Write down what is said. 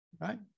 right